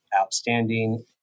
outstanding